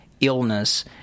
illness